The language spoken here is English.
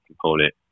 component